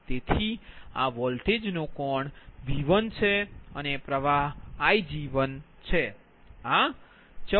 તેથી આ વોલ્ટેજ વચ્ચેનો કોણ V1 છે અને પ્રવાહ Ig1 છે આ 14